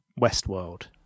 Westworld